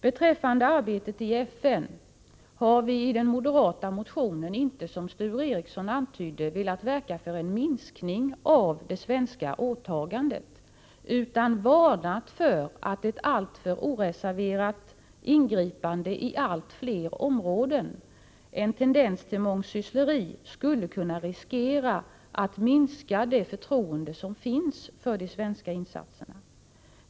Beträffande arbetet i FN har vi i den moderata motionen inte, som Sture Ericson antydde, velat verka för en minskning av det svenska åtagandet utan varnat för att ett alltför oreserverat ingripande på allt fler områden — en tendens till mångsyssleri — skulle kunna riskera att minska det förtroende som finns för de svenska insatserna.